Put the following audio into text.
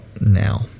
now